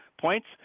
points